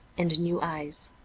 and new eyes.